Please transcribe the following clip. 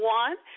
one